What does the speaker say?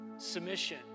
Submission